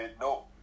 No